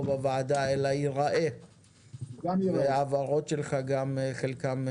בוועדה אלא גם ייראה ושההבהרות שלך מדויקות.